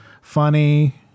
funny